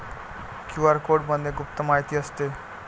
QR कोडमध्ये गुप्त माहिती असते